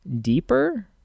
deeper